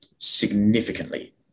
significantly